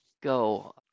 go